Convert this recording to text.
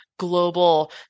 global